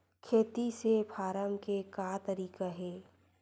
खेती से फारम के का तरीका हे?